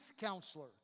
counselor